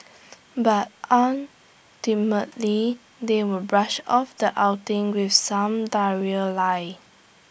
but ultimately they will brush off the outing with some diarrhoea lie